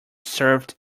served